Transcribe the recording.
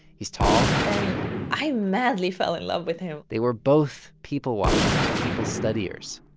he's tall and i madly fell in love with him they were both people watchers, people studiers.